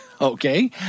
Okay